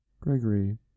Gregory